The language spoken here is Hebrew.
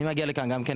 אני מגיע לכאן גם כן